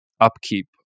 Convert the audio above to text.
upkeep